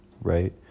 right